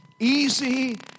Easy